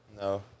no